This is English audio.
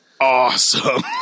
Awesome